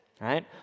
right